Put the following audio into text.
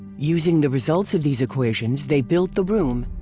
using the results of these equations they built the room.